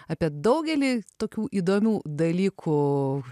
apie daugelį tokių įdomių dalykų